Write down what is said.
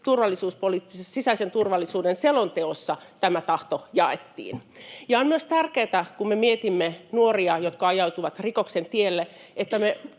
sisäisen turvallisuuden selonteossa tämä tahto jaettiin. On myös tärkeätä, kun me mietimme nuoria, jotka ajautuvat rikoksen tielle,